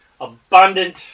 abundant